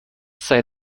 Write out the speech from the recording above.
sei